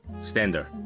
Standard